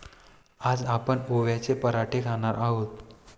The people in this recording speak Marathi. आज आपण ओव्याचे पराठे खाणार आहोत